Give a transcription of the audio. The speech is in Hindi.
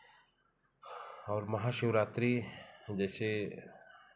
और महाशिवरात्रि जैसे